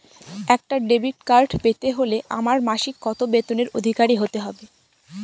একটা debit card পেতে হলে আমার মাসিক কত বেতনের অধিকারি হতে হবে?